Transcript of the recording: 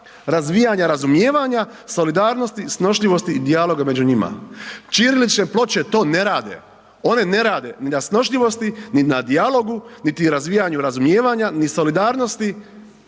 razvijanja razumijevanja, solidarnosti, snošljivosti i dijaloga među njima. Ćirilične ploče to ne rade, one ne rade ni na snošljivosti, ni na dijalogu, niti razvijanu razumijevanja, ni solidarnosti